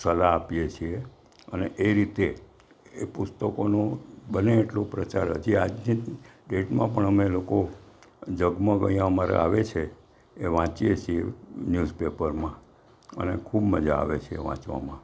સલાહ આપીએ છીએ અને એ રીતે એ પુસ્તકોનો બને એટલો પ્રચાર હજી આજની ડેટમાં પણ અમે લોકો ઝગમગ અહીંયા અમારે આવે છે એ વાંચીએ છીએ ન્યૂઝપેપરમાં અને ખૂબ મજા આવે છે વાંચવામાં